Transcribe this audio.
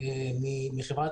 התחנה נקראת רמת